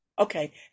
okay